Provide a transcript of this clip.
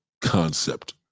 concept